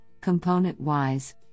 Component-wise